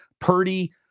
Purdy